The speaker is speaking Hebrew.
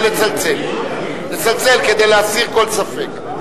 לצלצל, כדי להסיר כל ספק.